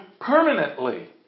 permanently